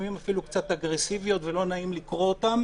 לפעמים אפילו קצת אגרסיביות ולא נעים לקרוא אותן